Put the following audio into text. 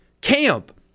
camp